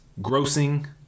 grossing